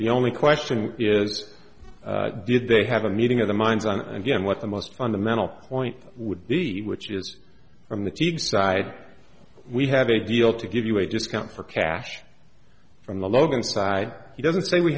the only question is did they have a meeting of the minds on again what the most fundamental point would be which is from the team side we have a deal to give you a discount for cash from the logan side he doesn't say we